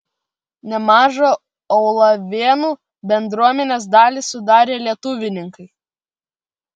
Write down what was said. nemažą aulavėnų bendruomenės dalį sudarė lietuvininkai